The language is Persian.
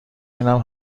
بینم